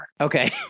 Okay